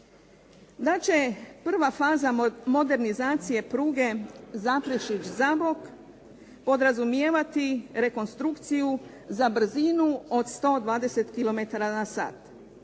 da će prva faza modernizacije pruge Zaprešić-Zabok podrazumijevati rekonstrukciju za brzinu od 120 kilometara